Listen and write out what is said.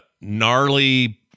gnarly